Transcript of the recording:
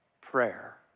prayer